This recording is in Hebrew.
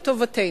לטובתנו.